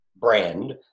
brand